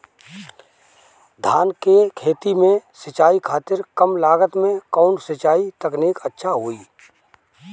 धान के खेती में सिंचाई खातिर कम लागत में कउन सिंचाई तकनीक अच्छा होई?